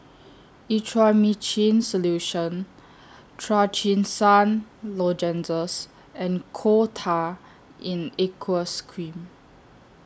Erythroymycin Solution Trachisan Lozenges and Coal Tar in Aqueous Cream